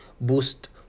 boost